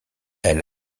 elle